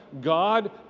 God